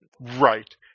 Right